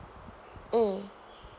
mm